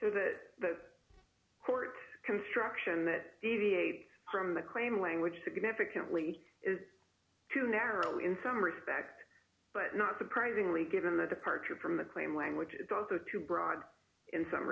so that the court construction that deviates from the claim language significantly is too narrow in some respect but not surprisingly given the departure from the claim language does so too broad in some